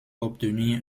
obtenir